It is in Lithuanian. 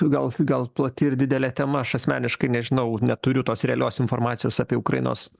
gal gal plati ir didelė tema aš asmeniškai nežinau neturiu tos realios informacijos apie ukrainos